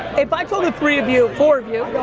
if i told the three of you, four of you,